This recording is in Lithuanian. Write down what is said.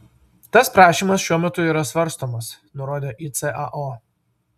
tas prašymas šiuo metu yra svarstomas nurodė icao